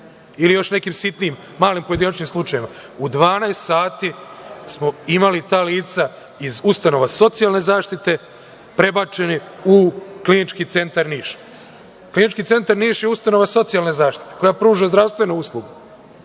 ili još nekih sitnijim malim pojedinačnim slučajevima, u 12,00 sati smo imali ta lica iz ustanova socijalne zaštite, prebačeni u Klinički centar Niš. Klinički centar Niš je ustanova socijalne zaštite koja pruža zdravstvenu